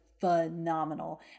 phenomenal